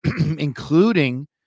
including